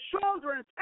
children